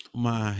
uma